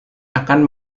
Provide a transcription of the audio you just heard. akan